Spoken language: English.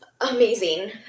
amazing